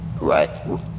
right